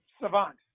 savant